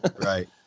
Right